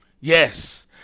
Yes